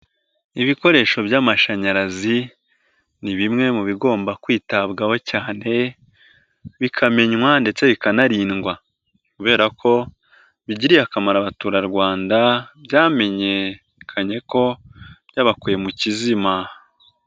Ibikoresho by'amashanyarazi ni bimwe mu bigomba kwitabwaho cyane, bikamenywa ndetse bikanarindwa kubera ko bigiriye akamaro abaturarwanda, byamenyekanye ko byabakuye mu kizima.